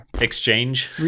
Exchange